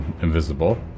invisible